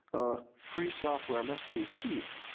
free software, must be cheap,